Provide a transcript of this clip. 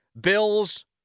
Bills